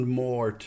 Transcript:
more